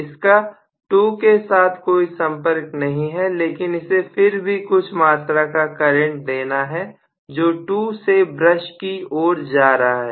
इसका 2 के साथ कोई संपर्क नहीं है लेकिन इसे फिर भी कुछ मात्रा का करंट देना है जो 2 से ब्रश की ओर जा रहा है